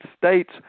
States